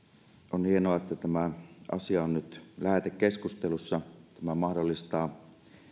on hienoa että tämä asia on nyt lähetekeskustelussa tämä mahdollistaa